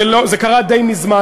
זה קרה די מזמן,